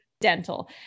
dental